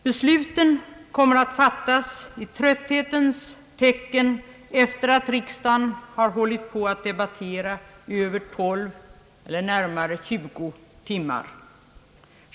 Besluten kommer att fattas i trötthetens tecken efter det att riksdagen har hållit på och debatterat i närmare tjugu timmar.